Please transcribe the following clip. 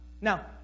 Now